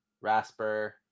rasper